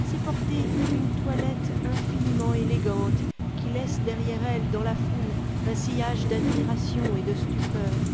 c'est porter une toilette infiniment élégante qui laisse derrière elle dans la foule un sillage d'admiration et de stupeur